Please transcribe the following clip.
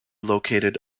located